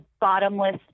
bottomless